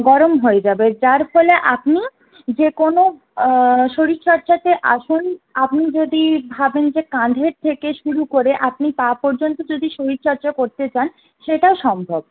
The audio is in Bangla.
গরম হয়ে যাবে যার ফলে আপনি যে কোনো শরীরচর্চাতে আসুন আপনি যদি ভাবেন যে কাঁধের থেকে শুরু করে আপনি পা পর্যন্ত শরীরচর্চা করতে চান সেটাও সম্ভব